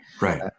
Right